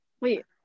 Wait